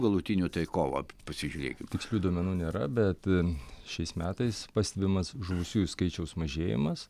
galutinių tai kovą pasižiūrėkit tikslių duomenų nėra bet šiais metais pastebimas žuvusiųjų skaičiaus mažėjimas